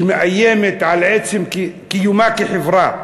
שמאיימת על עצם קיומה כחברה,